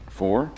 four